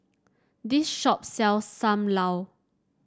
this shop sells Sam Lau